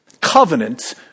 covenant